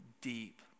deep